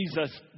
Jesus